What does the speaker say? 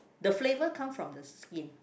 the flavour come from the skin